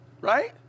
right